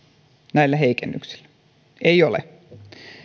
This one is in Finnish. näillä heikennyksillä ei ole